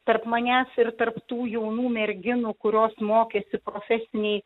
tarp manęs ir tarp tų jaunų merginų kurios mokėsi profesinėje